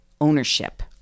ownership